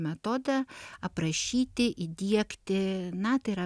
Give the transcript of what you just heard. metodą aprašyti įdiegti na tai yra